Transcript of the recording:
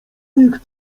ich